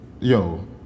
Yo